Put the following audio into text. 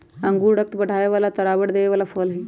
अंगूर रक्त बढ़ावे वाला और तरावट देवे वाला फल हई